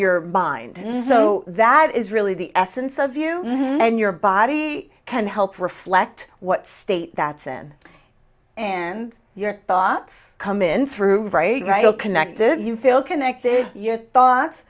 your mind so that is really the essence of you and your body can help reflect what state that's in and your thoughts come in through very connected you feel connected your thoughts